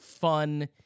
fun